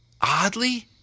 Oddly